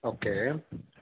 okay